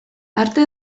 arte